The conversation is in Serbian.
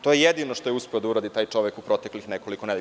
To je jedino što je uspeo da uradi taj čovek u proteklih nekoliko nedelja.